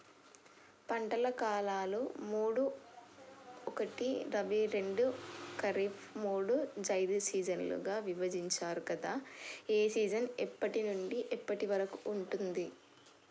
పంటల కాలాలు మూడు ఒకటి రబీ రెండు ఖరీఫ్ మూడు జైద్ సీజన్లుగా విభజించారు కదా ఏ సీజన్ ఎప్పటి నుండి ఎప్పటి వరకు ఉంటుంది?